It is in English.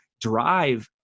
drive